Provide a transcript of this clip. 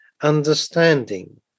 understanding